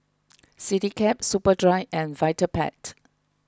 CityCab Superdry and Vitapet